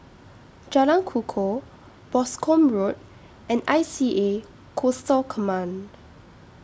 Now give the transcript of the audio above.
Jalan Kukoh Boscombe Road and I C A Coastal Command